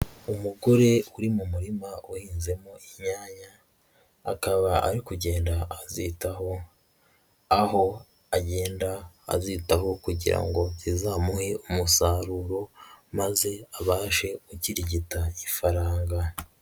Umugore uri mu murima uhinzemo inyanya, akaba ari kugenda azitaho, aho agenda azitaho kugira ngo zizamuhe umusaruro maze abashe gukirigita ifaranga.